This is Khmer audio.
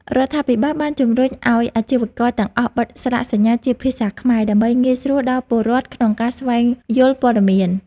រដ្ឋាភិបាលបានជម្រុញឱ្យអាជីវករទាំងអស់បិទស្លាកសញ្ញាជាភាសាខ្មែរ ដើម្បីងាយស្រួលដល់ពលរដ្ឋក្នុងការស្វែងយល់ព័ត៌មាន។